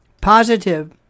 positive